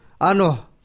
Ano